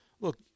look